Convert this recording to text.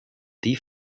die